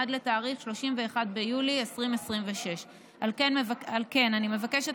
עד לתאריך 31 ביולי 2026. על כן אני מבקשת